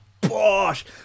Bosh